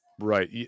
Right